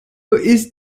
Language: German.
ist